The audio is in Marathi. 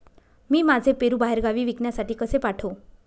मी माझे पेरू बाहेरगावी विकण्यासाठी कसे पाठवू?